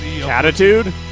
Attitude